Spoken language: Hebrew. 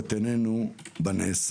שיהיה להם מפגע תברואתי כזה גדול.